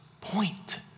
point